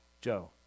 Joe